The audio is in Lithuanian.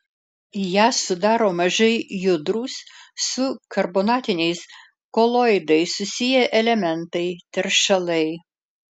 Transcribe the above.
ją sudaro mažai judrūs su karbonatiniais koloidais susiję elementai teršalai